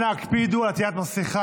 אנא הקפידו על עטיית מסכה.